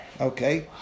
Okay